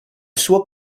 suo